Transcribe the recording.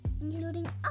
including